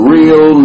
Real